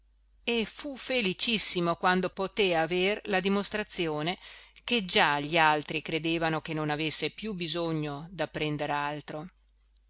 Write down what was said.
e fu felicissimo quando poté aver la dimostrazione che già gli altri credevano che non avesse più bisogno d'apprender altro